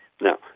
Now